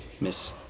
Miss